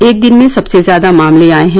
एक दिन में सबसे ज्यादा मामले आए हैं